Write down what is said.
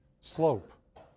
slope